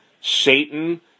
Satan